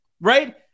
right